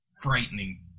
frightening